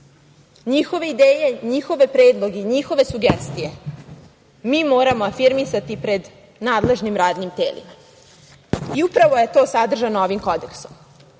Njihove ideje, njihove predloge i njihove sugestije mi moramo afirmisati pred nadležnim radnim telima. Upravo je to sadržano ovim kodeksom. Kodeks